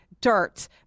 dirt